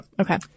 Okay